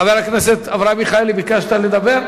חבר הכנסת אברהם מיכאלי, ביקשת לדבר?